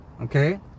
okay